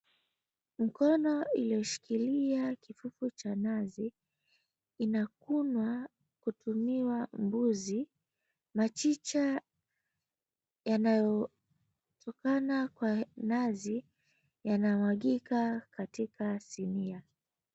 Mikono iliyoshikilia kifuku cha nazi inakunwa kutumiwa mbuzi. Machicha yanayotokana kwa nazi yanamwagika katika sinia.